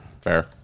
fair